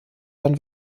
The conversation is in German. dann